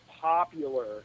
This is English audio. popular